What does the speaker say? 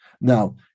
Now